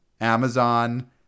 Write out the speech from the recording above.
Amazon